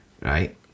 right